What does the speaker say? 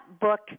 book